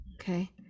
okay